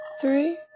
three